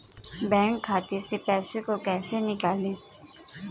Bank खाते से पैसे को कैसे निकालें?